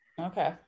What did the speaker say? Okay